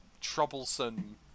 troublesome